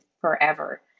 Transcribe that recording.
forever